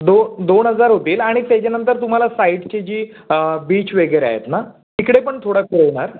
दो दोन हजार होतील आणि त्याच्यानंतर तुम्हाला साईडची जी बीच वगैरे आहेत ना तिकडे पण थोडं खेळणार